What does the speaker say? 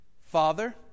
Father